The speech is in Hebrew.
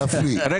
אבל